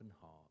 heart